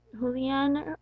julian